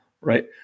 right